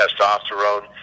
testosterone